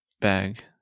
bag